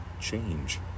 change